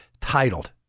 titled